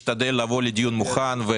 אני משתדל לבוא לדיון מוכן.